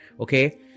Okay